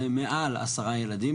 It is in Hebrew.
זה מעל 10 ילדים.